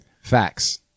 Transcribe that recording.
Facts